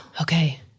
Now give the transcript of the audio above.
Okay